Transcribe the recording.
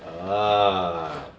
ah